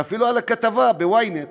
ואפילו בכתבה, ב-ynet,